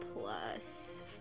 plus